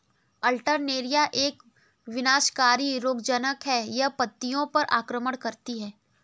Alternaria एक विनाशकारी रोगज़नक़ है, यह पत्तियों पर आक्रमण करती है